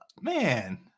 Man